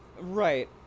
Right